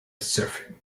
surfing